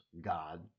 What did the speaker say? God